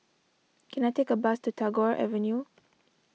can I take a bus to Tagore Avenue